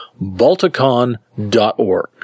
Balticon.org